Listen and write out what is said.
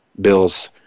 bills